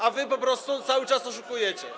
A wy po prostu cały czas oszukujecie.